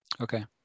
Okay